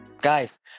guys